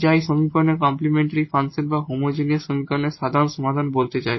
যা এই সমীকরণের কমপ্লিমেন্টরি ফাংশন বা হোমোজিনিয়াস সমীকরণের সাধারণ সমাধান বলতে চাই